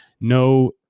No